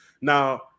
Now